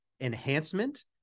enhancement